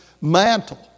mantle